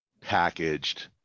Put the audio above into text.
packaged